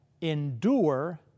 endure